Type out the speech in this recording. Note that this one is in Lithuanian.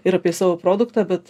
ir apie savo produktą bet